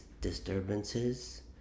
disturbances